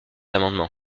amendement